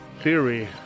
theory